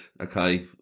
okay